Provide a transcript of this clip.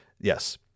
Yes